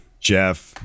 Jeff